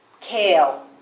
kale